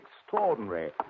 extraordinary